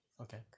Okay